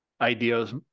ideas